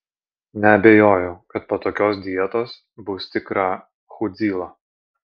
nebejoju kad po tokios dietos bus tikra chudzyla